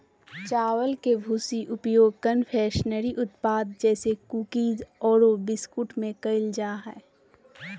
चावल के भूसी के उपयोग कन्फेक्शनरी उत्पाद जैसे कुकीज आरो बिस्कुट में कइल जा है